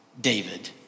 David